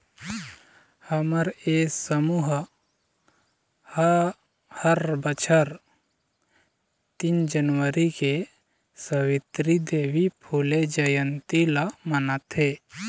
हमर ये समूह ह हर बछर तीन जनवरी के सवित्री देवी फूले जंयती ल मनाथे